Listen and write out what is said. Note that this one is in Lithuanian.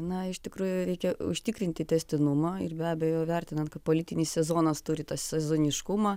na iš tikrųjų reikia užtikrinti tęstinumą ir be abejo vertinant kad politinis sezonas turi tą sezoniškumą